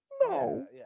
No